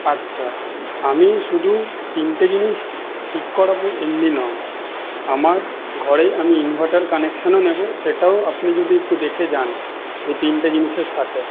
আচ্ছা আমি শুধু তিনটে জিনিস ঠিক করাবো এমনি নয় আমার ঘরে আমি ইনভাটার কানেকশনও নেব সেটাও আপনি যদি একটু দেখে যান ওই তিনটে জিনিসের সঙ্গে